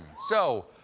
so,